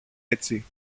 έτσι